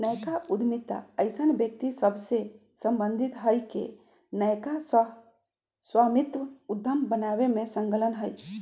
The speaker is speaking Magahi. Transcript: नयका उद्यमिता अइसन्न व्यक्ति सभसे सम्बंधित हइ के नयका सह स्वामित्व उद्यम बनाबे में संलग्न हइ